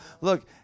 look